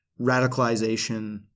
radicalization